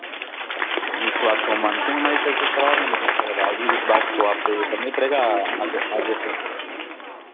नहीं इस बात को हम मानते हैं हमारी सर्विसेज़ खराब हैं लेकिन सर अब अभी इस बार तो आपको ये करना ही पड़ेगा आगे आगे से